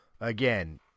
Again